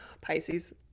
Pisces